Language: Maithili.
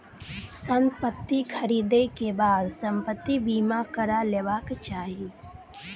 संपत्ति ख़रीदै के बाद संपत्ति बीमा करा लेबाक चाही